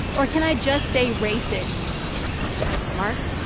or can i just say racist mark?